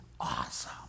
awesome